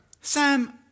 Sam